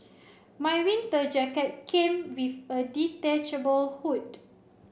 my winter jacket came with a detachable hood